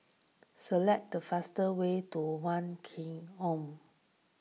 select the fast way to one K M